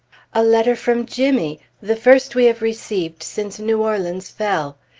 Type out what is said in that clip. a letter from jimmy, the first we have received since new orleans fell.